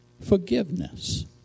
Forgiveness